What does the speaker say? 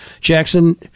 Jackson